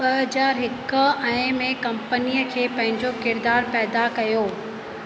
ॿ हज़ार हिकु ऐं में कंपनीअ खे पंहिंजो किरदारु पैदा कयो